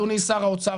אדוני שר האוצר,